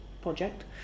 project